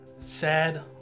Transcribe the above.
sad